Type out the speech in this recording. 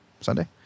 Sunday